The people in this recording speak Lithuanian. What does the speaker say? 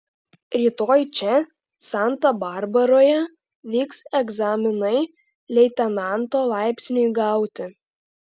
rytoj čia santa barbaroje vyks egzaminai leitenanto laipsniui gauti